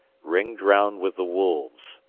ringed round with the wolves,